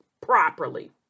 properly